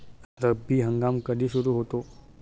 रब्बी हंगाम कधी सुरू होतो?